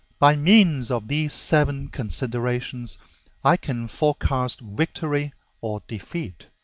by means of these seven considerations i can forecast victory or defeat.